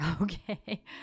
okay